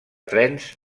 trens